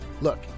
Look